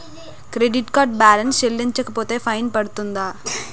Credit card balance చెల్లించకపోతే fine పడ్తుంద?